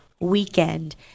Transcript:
weekend